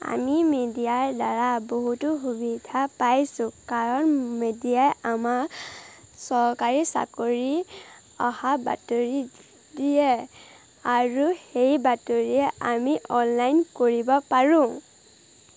আমি মেডিয়াৰদ্বাৰা বহুতো সুবিধা পাইছোঁ কাৰণ মেডিয়াই আমাক চৰকাৰী চাকৰি অহা বাতৰি দিয়ে আৰু সেই বাতৰিয়ে আমি অনলাইন কৰিব পাৰোঁ